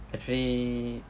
actually